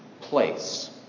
place